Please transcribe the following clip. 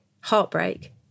heartbreak